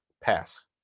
Pass